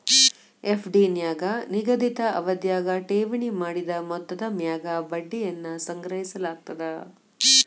FD ನ್ಯಾಗ ನಿಗದಿತ ಅವಧ್ಯಾಗ ಠೇವಣಿ ಮಾಡಿದ ಮೊತ್ತದ ಮ್ಯಾಗ ಬಡ್ಡಿಯನ್ನ ಸಂಗ್ರಹಿಸಲಾಗ್ತದ